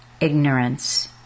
Ignorance